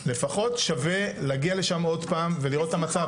לפחות שווה להגיע לשמה עוד פעם ולראות את המצב.